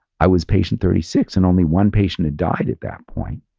i was patient thirty six and only one patient had died at that point.